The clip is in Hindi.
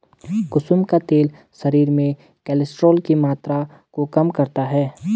कुसुम का तेल शरीर में कोलेस्ट्रोल की मात्रा को कम करता है